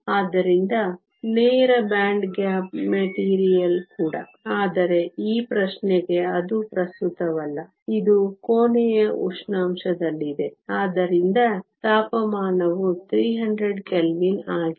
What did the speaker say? ಆದ್ದರಿಂದ ನೇರ band gap material ಕೂಡ ಆದರೆ ಈ ಪ್ರಶ್ನೆಗೆ ಅದು ಪ್ರಸ್ತುತವಲ್ಲ ಇದು ಕೋಣೆಯ ಉಷ್ಣಾಂಶದಲ್ಲಿದೆ ಆದ್ದರಿಂದ ತಾಪಮಾನವು 300 ಕೆಲ್ವಿನ್ ಆಗಿದೆ